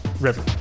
River